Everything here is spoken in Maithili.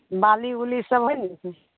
बाली ओली सब है ने